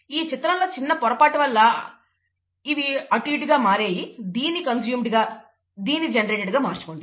ఈ చిత్రంలో చిన్న పొరపాటు వల్ల ఇవి అటుఇటు గా మారాయి దీన్ని కంజ్యూమ్డ్ గా ఇంకా దీన్ని జనరేటెడ్ గా మార్చుకోండి